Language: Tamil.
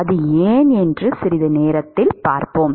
அது ஏன் என்று சிறிது நேரத்தில் பார்ப்போம்